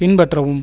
பின்பற்றவும்